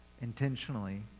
intentionally